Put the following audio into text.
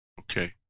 Okay